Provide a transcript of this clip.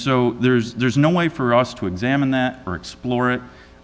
so there's there's no way for us to examine that or explore it